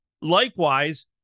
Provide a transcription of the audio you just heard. Likewise